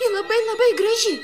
ji labai labai graži